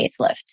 facelift